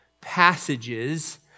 passages